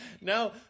No